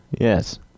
Yes